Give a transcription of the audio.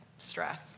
Stress